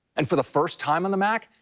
and for the first time on the mac,